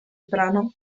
brano